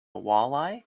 walleye